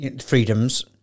freedoms